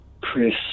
Chris